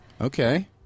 Okay